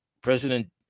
President